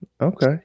Okay